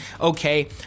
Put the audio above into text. okay